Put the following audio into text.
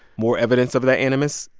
more evidence of that animus?